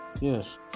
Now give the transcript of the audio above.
Yes